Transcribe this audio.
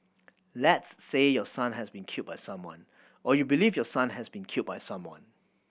let's say your son has been killed by someone or you believe your son has been killed by someone